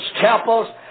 chapels